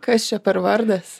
kas čia per vardas